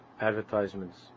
advertisements